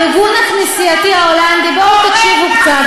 הארגון הכנסייתי ההולנדי, בואו תקשיבו קצת,